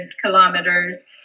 kilometers